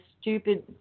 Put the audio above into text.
stupid